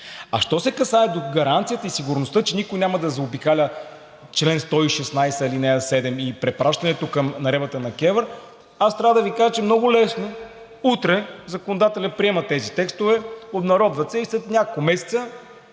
А що се касае до гаранцията и сигурността, че никой няма да заобикаля чл. 116, ал. 7 и препращането към наредбата на КЕВР, аз трябва да Ви кажа, че много лесно утре законодателят приема тези текстове, обнародват се и след няколко месеца